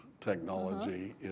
technology